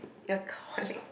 your colleague